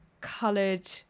coloured